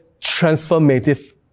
transformative